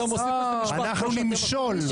אנחנו נמשול.